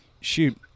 shoot